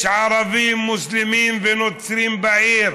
יש ערבים מוסלמים ונוצרים בעיר.